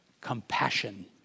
compassion